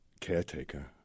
caretaker